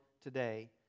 today